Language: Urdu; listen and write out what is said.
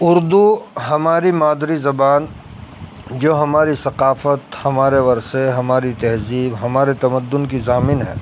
اردو ہماری مادری زبان جو ہماری ثقافت ہمارے ورثے ہماری تہذیب ہمارے تمدن کی ضامن ہے